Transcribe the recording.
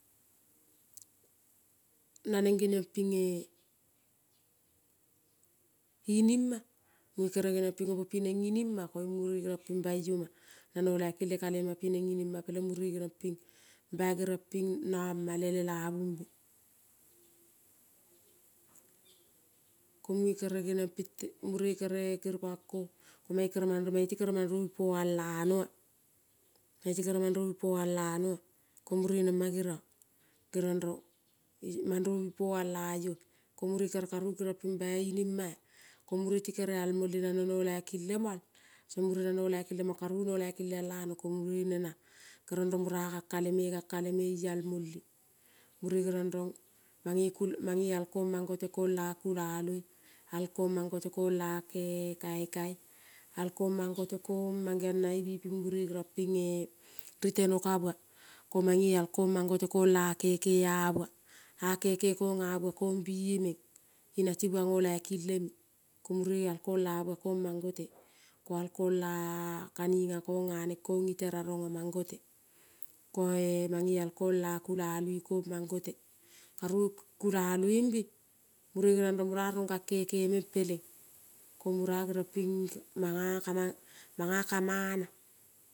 Naneng geniong pinge inima munge kere geniong ping opo prieng inima koiung mure geriong pinge bai ionga na no laiki le kale ma pineng inima peleng mure geriong ping bai gerong ping nama le lelavumbe. Ko munge kere geniong pite, mure kere kiripang kong ko mae kere mandro mati kere mandravi poal lanoa. Ko mure kere karu kerong pi bai inima-a. Ko mure ti kere al mole nano no laiki lemol song mure nano laiki lemong karu no laiki le al ano. Ko mure nenang kerong rong mura gang kale me, gang kale me ial mole. Mure gerong rang pangoi kul, mange al kang mangote kong la kulaloi, al kong mangote kong la ke kaika, al kong mangote kong mang geong nailoipim mure geriong pinge ri tono ka bua. Ko mange al mango to kong la keko a bua ngo laiki leme. Ko mure al kong la bua kong mangote. Ko al kong la kaniga kang aneng kong gniteraronga mangote, koe mange al kong la kulalui kong mangote. Karu kulaluimbe mure geriong rong mura rong gang kekeme peleng ko mura gerong ping. Manga kama, manga ka mana